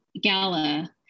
gala